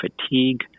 fatigue